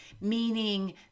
meaning